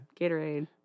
Gatorade